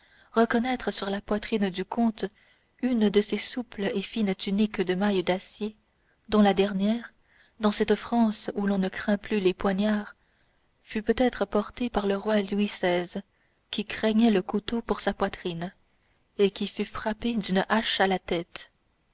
reconnaître sur la poitrine du comte une de ces souples et fines tuniques de mailles d'acier dont la dernière dans cette france où l'on ne craint plus les poignards fut peut-être portée par le roi louis xvi qui craignait le couteau pour sa poitrine et qui fut frappé d'une hache à la tête